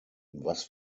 was